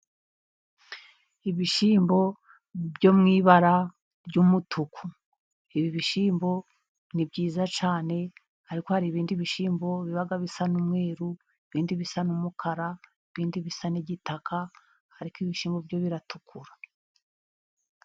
Ibishyimbo byo mu ibara ry'umutuku. Ibi bishyimbo ni byiza cyane, ariko hari ibindi bishyimbo biba bisa n'umweru, ibindi bisa n'umukara, ibindi bisa n'igitaka, ariko ibi bishyimbo byo biratukura.